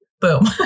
Boom